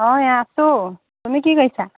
অঁ এই আছোঁ তুমি কি কৰিছা